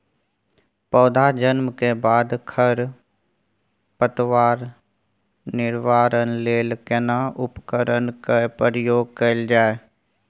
पौधा जन्म के बाद खर पतवार निवारण लेल केना उपकरण कय प्रयोग कैल जाय?